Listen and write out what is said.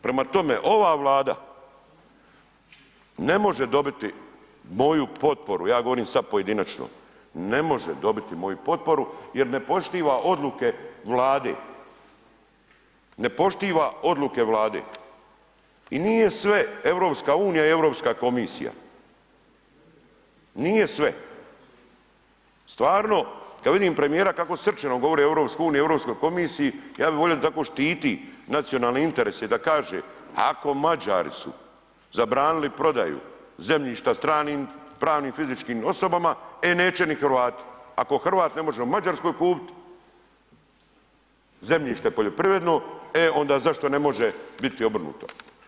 Prema tome, ova Vlada ne može dobiti moju potporu, ja govorim sad pojedinačno, ne može dobiti moju potporu jer ne poštiva odluke Vlade, ne poštiva odluke Vlade i nije sve EU i Europska komisija, nije sve, stvarno kad vidim premijera kako srčano govori o EU, o Europskoj komisiji, ja bi volio da tako štiti nacionalne interese i da kaže ako Mađari su zabranili prodaju zemljišta stranim pravnim i fizičkim osobama, e neće ni Hrvati ako Hrvat ne može u Mađarskoj kupiti zemljište poljoprivredno, e onda zašto ne može biti obrnuto?